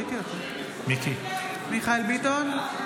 אינו נוכח דוד ביטן,